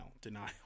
denial